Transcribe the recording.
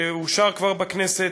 כפי שאושר כבר בכנסת,